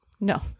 No